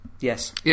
Yes